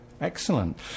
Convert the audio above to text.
excellent